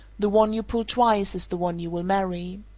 the one you pull twice is the one you will marry.